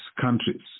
countries